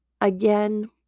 Again